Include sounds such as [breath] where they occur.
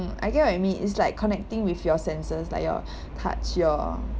I get what you mean it's like connecting with your senses like your [breath] touch your